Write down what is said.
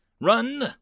Run